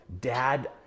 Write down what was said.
dad